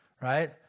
right